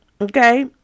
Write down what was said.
Okay